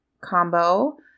combo